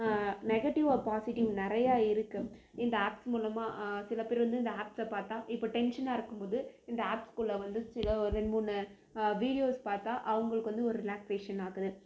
negative or positive நிறையா இருக்குது இந்த ஆப்ஸ் மூலமாக சில பேர் வந்து இந்த ஆப்ஸ்ஸை பார்த்தா இப்போ டென்ஷனாக இருக்கும் போது இந்த ஆப்ஸ் குள்ளே வந்து சில ஒரு ரெண்டு மூணு வீடியோஸ் பார்த்தா அவங்களுக்கு வந்து ஒரு ரிலாக்ஃபேஷன் ஆகுது